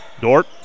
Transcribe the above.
Dort